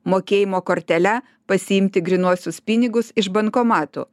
mokėjimo kortele pasiimti grynuosius pinigus iš bankomatų